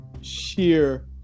sheer